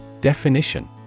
Definition